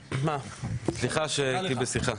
סליחה שהייתי בשיחה.